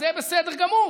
זה בסדר גמור,